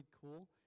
cool